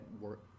work